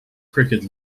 cricket